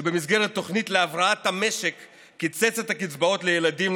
שבמסגרת התוכנית להבראת המשק קיצץ את הקצבאות לילדים,